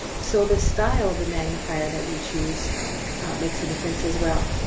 so the style of the magnifier that you choose makes a difference as well.